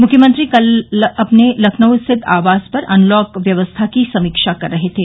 मुख्यमंत्री कल अपने लखनऊ स्थित आवास पर अनलॉक व्यवस्था की समीक्षा कर रहे थे